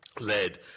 led